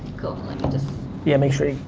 let me just yeah, make sure